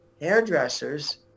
hairdressers